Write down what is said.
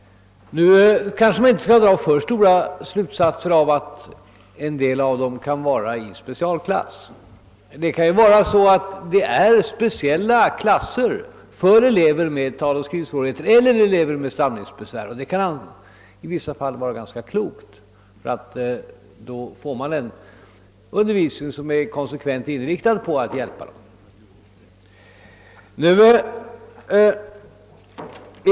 Man bör emellertid inte dra alltför långtgående slutsatser av att en del av dem är placerade i specialklass. Det kan vara fråga om speciella klasser för just elever med taloch skrivsvårigheter eller med stamningsbesvär, och det kan i vissa fall vara ganska klokt att placera dem i sådana klasser eftersom de då får en undervisning som är konsekvent inriktad på att hjälpa dem.